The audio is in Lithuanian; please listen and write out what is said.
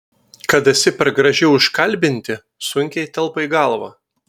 kad esi per graži užkalbinti sunkiai telpa į galvą